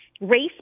race